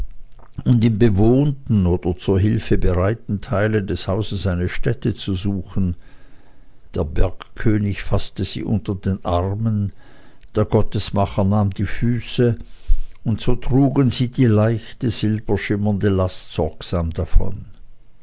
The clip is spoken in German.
und im bewohnten oder zur hilfe bereiten teile des hauses eine stätte zu suchen der bergkönig faßte sie unter den armen der gottesmacher nahm die füße und so trugen sie die leichte silberschimmernde last sorgsam davon